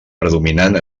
predominant